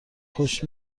خوش